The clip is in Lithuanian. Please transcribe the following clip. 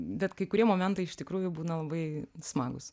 bet kai kurie momentai iš tikrųjų būna labai smagūs